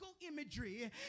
imagery